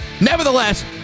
Nevertheless